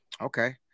Okay